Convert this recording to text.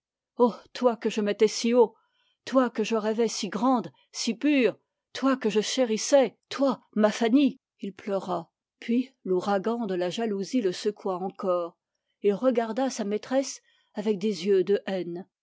oh toi que je mettais si haut toi que je rêvais si grande si pure toi que je chérissais toi ma fanny il pleura puis l'ouragan de la jalousie le secoua encore il regarda sa maîtresse avec des yeux de haine